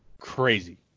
crazy